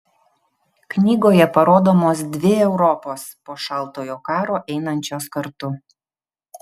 knygoje parodomos dvi europos po šaltojo karo einančios kartu